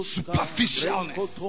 Superficialness